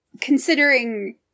considering